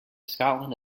scotland